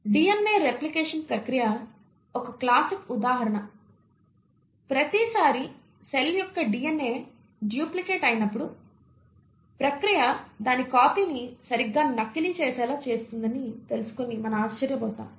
DNA replication ప్రక్రియ ఒక classic ఉదాహరణ ప్రతిసారీ సెల్ యొక్క DNA డూప్లికేట్ అయినప్పుడు ప్రక్రియ దాని కాపీని సరిగ్గా నకిలీ చేసేలా చూస్తుందని తెలుసుకుని మనం ఆశ్చర్యపోతాము